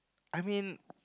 I mean